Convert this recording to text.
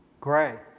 grey?